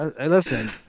listen